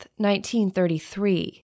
1933